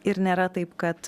ir nėra taip kad